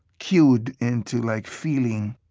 cued into like feeling,